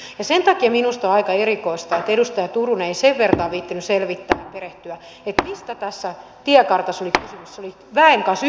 sen takia minusta on aika erikoista että edustaja turunen ei sen vertaa viitsinyt selvittää perehtyä mistä tässä tiekartassa oli kysymys